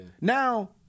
Now